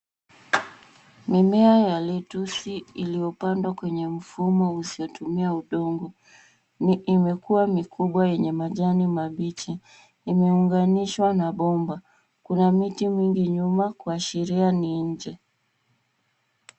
Mimea ya letusi iliyopandwa kwenye mifumo usiotumia udongo. Imekuwa mikubwa yenye majani mabichi. Imeunganishwa na bomba. Ina miti mingi nyuma kuashiria ni nje.